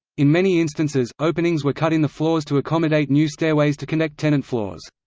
in many instances, openings were cut in the floors to accommodate new stairways to connect tenant floors.